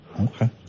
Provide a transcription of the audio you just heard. Okay